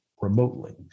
remotely